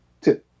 two